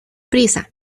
prisa